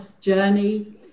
journey